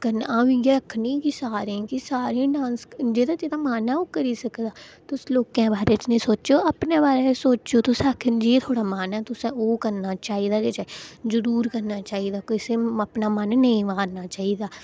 करना अं'ऊ इ'यै आखनी सारें ई के सारे डांस करन जेह्ड़ा मन ऐ ओह् करी सकदा तुस लोकें दे बारै च निं सोचो तुस अपने बारै ते सोचो तुसें आक्खेआ जियां थुहाड़ा मन ऐ तुसें ओह् करना चाहिदा ऐ जरूर करना चाहिदा कोई तुसें अपना मन नेईं मारना चाहिदा